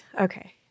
okay